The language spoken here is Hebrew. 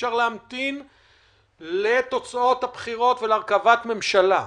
אי-אפשר להמתין לתוצאות הבחירות ולהרכבת ממשלה.